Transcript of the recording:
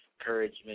encouragement